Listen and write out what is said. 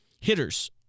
Hitters